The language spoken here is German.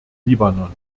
libanon